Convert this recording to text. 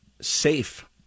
safe